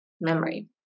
memory